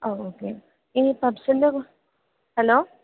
ഓ okay ഇനി പഫ്സിൻ്റെ hello